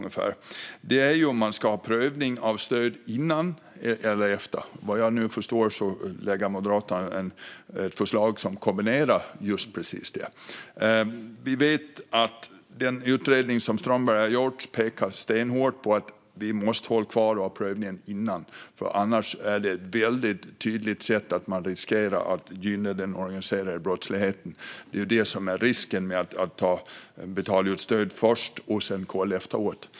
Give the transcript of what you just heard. Det handlar om huruvida man ska ha prövning av stöd före eller efter utbetalningen. Vad jag förstår lägger Moderaterna fram ett förslag som kombinerar detta. Vi vet att den utredning som Strömberg har gjort pekar stenhårt på att vi måste hålla fast vid att ha prövningen före eftersom det annars finns en väldigt tydlig risk för att vi gynnar den organiserade brottsligheten. Det är ju detta som är risken med att betala ut stöd först och kolla efteråt.